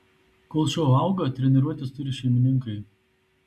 kol šuo auga treniruotis turi šeimininkai